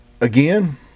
Again